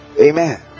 Amen